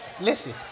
listen